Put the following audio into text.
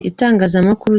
itangazamakuru